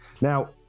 Now